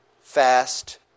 fast